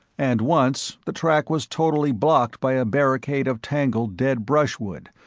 and once the track was totally blocked by a barricade of tangled dead brushwood,